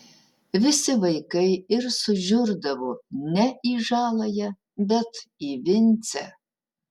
visi vaikai ir sužiurdavo ne į žaląją bet į vincę